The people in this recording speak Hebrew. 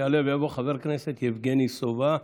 יעלה ויבוא חבר הכנסת יבגני סובה,